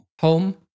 home